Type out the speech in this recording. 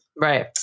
Right